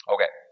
Okay